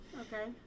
okay